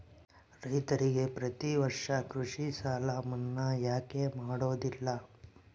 ರೈತರಿಗೆ ಪ್ರತಿ ವರ್ಷ ಕೃಷಿ ಸಾಲ ಮನ್ನಾ ಯಾಕೆ ಮಾಡೋದಿಲ್ಲ?